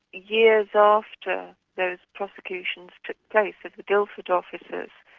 years after those prosecutions took place of the guildford officers,